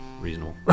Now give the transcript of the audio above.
reasonable